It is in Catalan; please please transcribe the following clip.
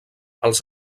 els